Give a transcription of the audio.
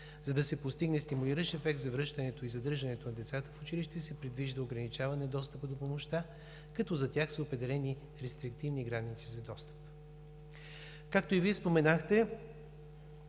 За да се постигне стимулиращ ефект за връщането и задържането на децата в училище, се предвижда ограничаване достъпа до помощта, като за тях са определени рестриктивни граници за достъп. Както и Вие споменахте,